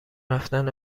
رفتن